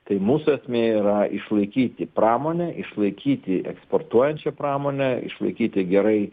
tai mūsų esmė yra išlaikyti pramonę išlaikyti eksportuojančią pramonę išlaikyti gerai